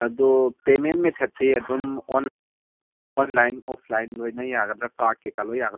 ꯑꯗꯣ ꯄꯦꯃꯦꯟ ꯃꯦꯊꯠꯁꯦ ꯑꯗꯨꯝ ꯑꯣꯟꯂꯥꯏꯟ ꯑꯣꯐꯂꯥꯏꯟ ꯂꯣꯏꯅ ꯌꯥꯒꯗ꯭ꯔꯥ ꯀꯥꯔꯠ ꯀꯔꯤ ꯀꯔꯥ ꯂꯣꯏꯅ ꯌꯥꯒꯗ꯭ꯔꯥ